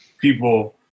people